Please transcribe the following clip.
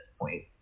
point